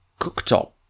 cooktop